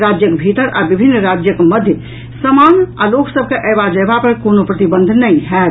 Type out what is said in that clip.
राज्यक भीतर आ विभिन्न राज्यक मध्य सामान आ लोक सभ के अयबा जयबा पर कोनो प्रतिबंध नहि होयत